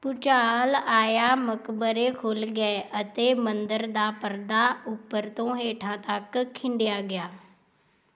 ਭੁਚਾਲ ਆਇਆ ਮਕਬਰੇ ਖੁੱਲ੍ਹ ਗਏ ਅਤੇ ਮੰਦਰ ਦਾ ਪਰਦਾ ਉੱਪਰ ਤੋਂ ਹੇਠਾਂ ਤੱਕ ਖਿੰਡਿਆ ਗਿਆ